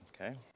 okay